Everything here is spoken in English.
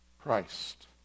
Christ